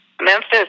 memphis